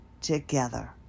together